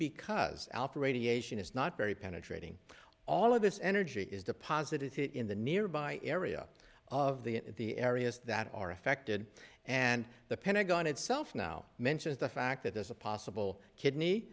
alpha radiation is not very penetrating all of this energy is deposit it in the nearby area of the the areas that are affected and the pentagon itself now mentions the fact that there's a possible kidney